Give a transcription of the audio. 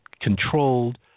controlled